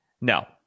no